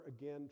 again